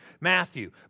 Matthew